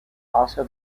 also